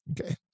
Okay